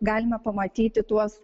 galima pamatyti tuos